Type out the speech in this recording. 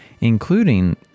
including